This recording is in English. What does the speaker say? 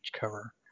cover